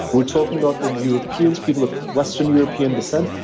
we're talking about in europeans, people of western european descent,